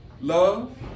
love